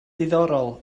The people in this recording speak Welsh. diddorol